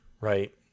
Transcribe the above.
right